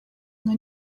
nka